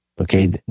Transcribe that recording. Okay